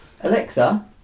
Alexa